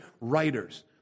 writers